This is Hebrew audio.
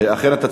אכן אתה צודק,